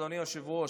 אדוני היושב-ראש,